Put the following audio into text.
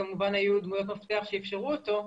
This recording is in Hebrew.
שהיו דמויות מפתח שאפשרו אותו.